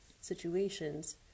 situations